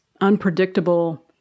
unpredictable